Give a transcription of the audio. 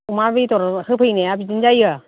अमा बेदर होफैनाया बिदि जायो